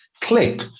click